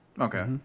Okay